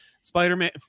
spider-man